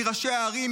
מראשי הערים,